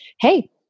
Hey